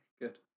good